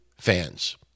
fans